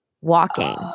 walking